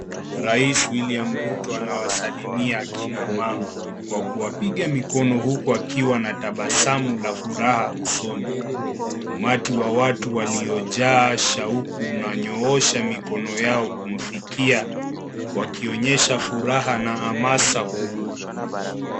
Rais WILLIAM RUTTO anawasalimia kina mama kwa kuwapiga mikono huku akiwa na tabasamu la furaha uzoni. Umati wa watu waliojaa shauku wananyoosha mikoni kumfikia wakionyesha furaha na amaza kubwa .